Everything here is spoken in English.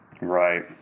right